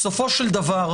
בסופו של דבר,